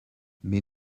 mais